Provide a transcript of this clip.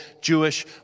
Jewish